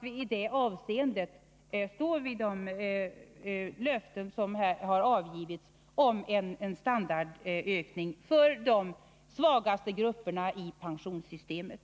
Vi står fast vid de löften som givits om en standardökning för de svagaste grupperna i pensionssystemet.